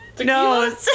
No